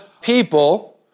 people